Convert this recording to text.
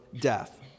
death